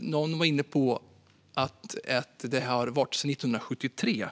Någon var inne på att lagen har funnits sedan 1973.